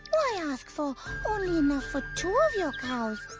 why ask for only enough for two of your cows?